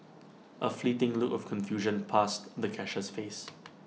A fleeting look of confusion passed the cashier's face